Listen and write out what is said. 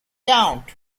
count